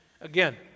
again